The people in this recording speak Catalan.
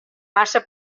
massa